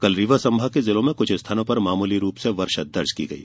कल रीवा संभाग के जिलों में कुछ स्थानों पर मामूली रूप से वर्षा दर्ज की गई